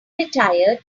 retire